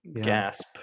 gasp